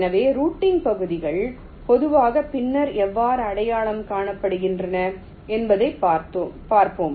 எனவே ரூட்டிங் பகுதிகள் பொதுவாக பின்னர் எவ்வாறு அடையாளம் காணப்படுகின்றன என்பதைப் பார்ப்போம்